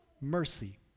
mercy